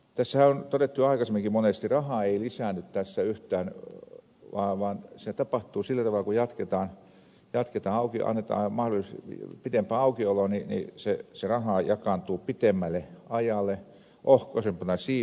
tässähän on todettu jo aikaisemminkin monesti että raha ei lisäänny tässä yhtään vaan siinä tapahtuu sillä tavalla kun annetaan mahdollisuus pitempään aukioloon että se raha jakaantuu pitemmälle ajalle ohkaisempana siivuna